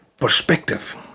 perspective